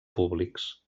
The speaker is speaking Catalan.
públics